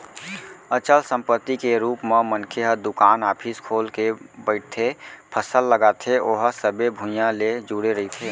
अचल संपत्ति के रुप म मनखे ह दुकान, ऑफिस खोल के बइठथे, फसल लगाथे ओहा सबे भुइयाँ ले जुड़े रहिथे